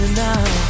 now